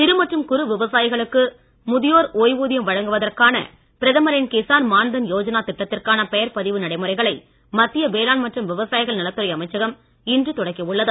சிறு மற்றும் குறு விவசாயிகளுக்கு முதியோர் ஓய்வூதியம் வழங்குவதற்கான பிரதமரின் கிசான் மான் தன் யோஜனா திட்டத்திற்கான பெயர்ப் பதிவு நடைமுறைகளை மத்திய வேளாண் மற்றும் விவசாயிகள் நலத்துறை அமைச்சகம் இன்று தொடக்கியுள்ளது